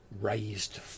raised